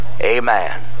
amen